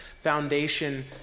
foundation